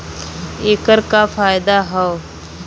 ऐकर का फायदा हव?